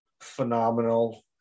phenomenal